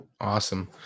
Awesome